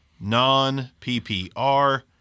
non-PPR